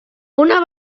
una